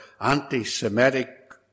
anti-Semitic